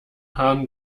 haaren